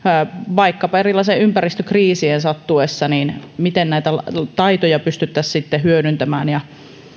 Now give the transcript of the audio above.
vaikkapa erilaisien ympäristökriisien sattuessa miten näitä taitoja pystyttäisiin sitten hyödyntämään ja